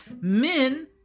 Men